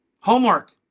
homework